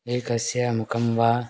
एकस्य मुखं वा